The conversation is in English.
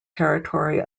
territory